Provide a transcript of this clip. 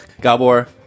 Gabor